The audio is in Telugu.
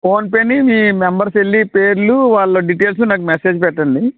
ఫోన్పేని మీ మెంబర్స్ వెళ్ళి పేర్లు వాళ్ళ డిటైల్స్ నాకు మెసేజ్ పెట్టండి